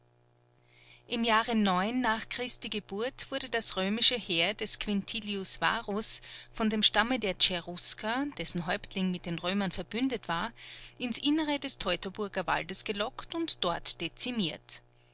im jahre nach christi geburt wurde das römische heer des quintilius varus von dem stamme der cherusker dessen häuptling mit den römern verbündet war ins innere des teutoburger waldes gelockt und dort dezimiert